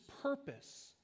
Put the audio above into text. purpose